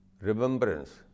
remembrance